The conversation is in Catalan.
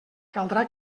caldrà